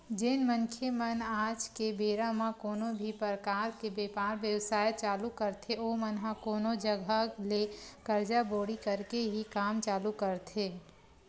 जेन मनखे मन आज के बेरा म कोनो भी परकार के बेपार बेवसाय चालू करथे ओमन ह कोनो जघा ले करजा बोड़ी करके ही काम चालू करथे